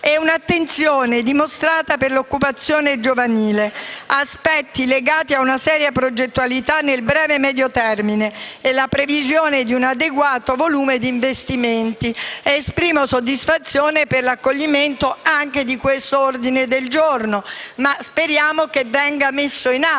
un'attenzione dimostrata per l'occupazione giovanile - aspetti legati a una seria progettualità nel breve e medio termine - e la previsione di un adeguato volume di investimenti. Esprimo soddisfazione per l'accoglimento del relativo ordine del giorno, ma speriamo che venga messo in atto.